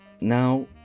now